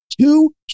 Two